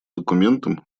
документам